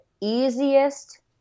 easiest